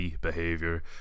behavior